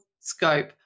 scope